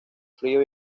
frío